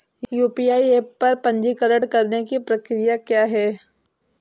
UPI app पर पंजीकरण करने की प्रक्रिया क्या है?